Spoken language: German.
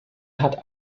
hat